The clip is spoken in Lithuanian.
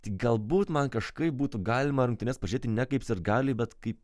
tik galbūt man kažkaip būtų galima rungtynes pažiūrėti ne kaip sirgaliui bet kaip